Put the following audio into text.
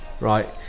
Right